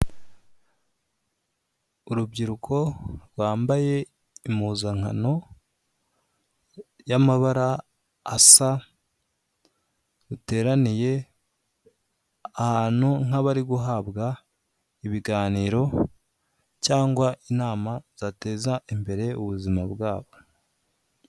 Urubyiruko rwambaye impuzankano y'amabara asa ruteraniye ahantu nk'abari guhabwa ibiganiro cyangwa inama zateza imbere ubuzima bwabo.